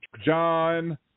John